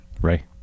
ray